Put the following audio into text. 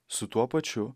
su tuo pačiu